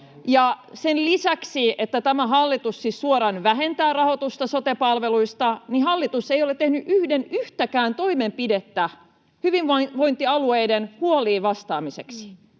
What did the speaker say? sen lisäksi, että tämä hallitus siis suoraan vähentää rahoitusta sote-palveluista, hallitus ei ole tehnyt yhden yhtäkään toimenpidettä hyvinvointialueiden huoliin vastaamiseksi